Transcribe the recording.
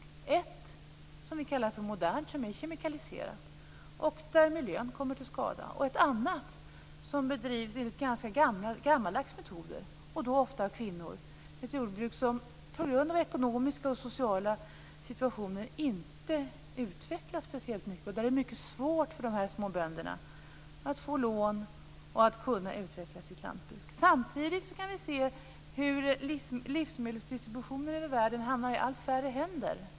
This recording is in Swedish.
Det ena, som vi kallar för modernt, är kemikaliserat, och där kommer miljön till skada. Det andra bedrivs med ganska gammaldags metoder, och då ofta av kvinnor. Det är ett jordbruk som, på grund av ekonomiska och sociala situationer, inte utvecklas speciellt mycket. Det är mycket svårt för de här små bönderna att få lån och utveckla sitt lantbruk. Samtidigt kan vi se hur livsmedelsdistributionen i världen hamnar i allt färre händer.